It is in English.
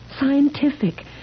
Scientific